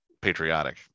patriotic